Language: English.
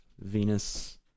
Venus